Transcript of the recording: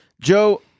joe